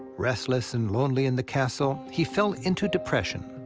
restless and lonely in the castle, he fell into depression.